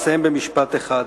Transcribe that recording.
אסיים במשפט אחד.